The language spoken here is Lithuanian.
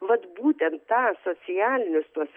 vat būtent tą socialinius tuos